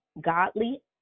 godly